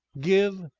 give?